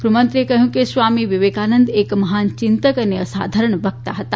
ગૃહમંત્રીએ કહ્યું છે કે સ્વામી વિવેકાનંદ એક મહાન ચિંતક અને અસાધારણ વક્તા હતા